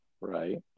Right